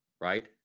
Right